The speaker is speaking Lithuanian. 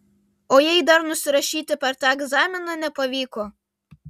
o jei dar nusirašyti per tą egzaminą nepavyko